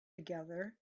together